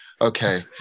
Okay